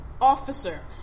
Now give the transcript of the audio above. Officer